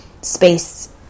space